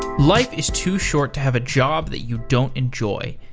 life is too short to have a job that you don't enjoy.